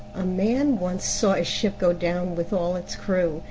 a man once saw a ship go down with all its crew,